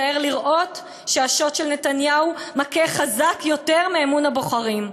מצער לראות שהשוט של נתניהו מכה חזק יותר מאמון הבוחרים.